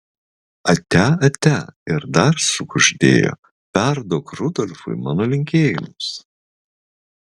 atia atia ir dar sukuždėjo perduok rudolfui mano linkėjimus